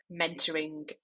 mentoring